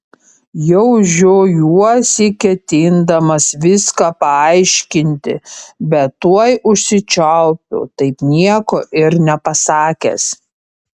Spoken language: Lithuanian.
jau žiojuosi ketindamas viską paaiškinti bet tuoj užsičiaupiu taip nieko ir nepasakęs